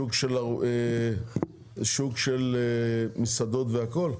שוק של מסעדות והכל?